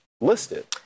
listed